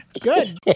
Good